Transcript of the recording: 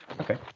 okay